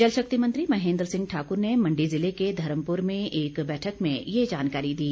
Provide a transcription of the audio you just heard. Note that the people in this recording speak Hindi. जल शक्ति मंत्री महेन्द्र सिंह ठाकुर ने मंडी ज़िले के धर्मपुर में एक बैठक में ये जानकारी दी